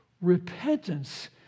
Repentance